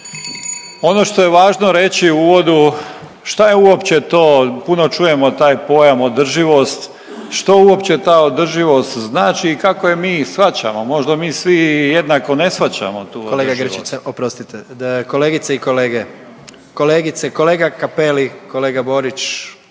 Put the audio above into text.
Ono što je važno reći u uvodu šta je uopće to, puno čujemo taj pojam održivost, šta uopće ta održivost znači i kako je mi shvaćamo? Možda mi svi jednako ne shvaćamo tu održivost. …/Upadica predsjednik: Kolega Grčić oprostite, kolegice i kolege, kolegice, kolega Cappelli, kolega Borić,